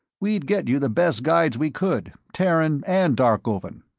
we'd get you the best guides we could, terran and darkovan.